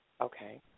Okay